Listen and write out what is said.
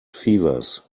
fevers